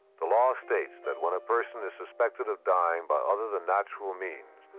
the law states that when a person is suspected of dying by other than natural means,